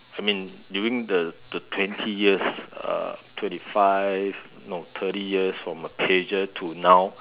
I mean during the the twenty years uh twenty five no thirty years from a pager to now